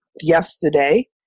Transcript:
yesterday